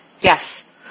Yes